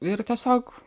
ir tiesiog